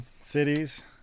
cities